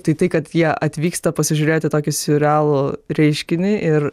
tai tai kad jie atvyksta pasižiūrėti tokį siurrealų reiškinį ir